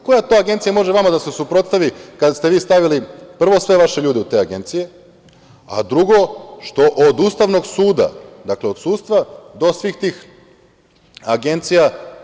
Koja to agencija može vama da se suprotstavi kada ste stavili, prvo, sve vaše ljude u te agencije, a drugo, što od Ustavnog suda, od sudstva, do svih tih agencija…